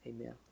Amen